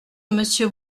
monsieur